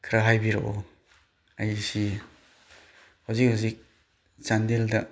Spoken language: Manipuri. ꯈꯔ ꯍꯥꯏꯕꯤꯔꯛꯑꯣ ꯑꯩꯁꯤ ꯍꯧꯖꯤꯛ ꯍꯧꯖꯤꯛ ꯆꯥꯟꯗꯦꯜꯗ